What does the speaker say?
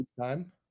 time